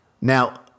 Now